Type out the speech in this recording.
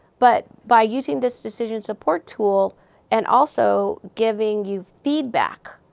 but by using this decision support tool and also giving you feedback.